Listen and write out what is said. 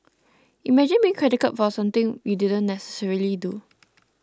imagine being credited for something you do necessarily do